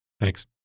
Thanks